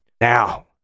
Now